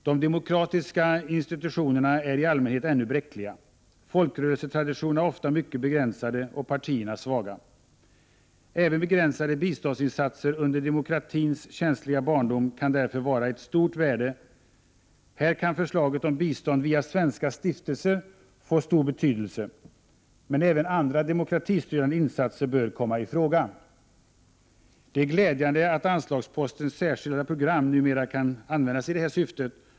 De demokratiska institutionerna är i allmänhet ännu bräckliga, folkrörelsetraditionerna ofta mycket begränsade och partierna svaga. Även begränsade biståndsinsatser under demokratins känsliga barndom kan därför vara av stort värde. Här kan förslaget om bistånd via svenska stiftelser få stor betydelse. Men även andra demokratistödjande insatser bör komma i fråga. Det är glädjande att anslagsposten Särskilda program numera kan användas i detta syfte.